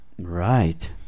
Right